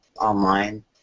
online